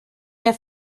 mehr